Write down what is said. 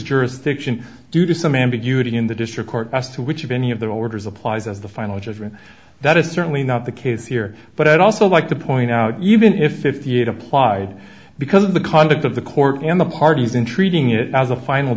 jurisdiction due to some ambiguity in the district court as to which of any of their orders applies as the final judgment that is certainly not the case here but i'd also like to point out even if if he had applied because of the conduct of the court and the parties in treating it as a final